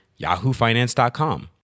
yahoofinance.com